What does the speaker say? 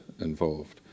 involved